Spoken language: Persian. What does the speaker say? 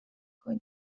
کنی